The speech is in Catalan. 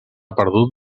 perdut